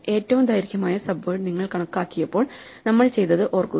ഏറ്റവും ദൈർഘ്യമേറിയ sub word നിങ്ങൾ കണക്കാക്കിയപ്പോൾ നമ്മൾ ചെയ്തത് ഓർക്കുക